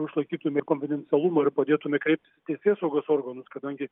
išlaiktume ir konfidencialumą ir padėtume kreptis į teisėsaugos organus kadangi